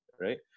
right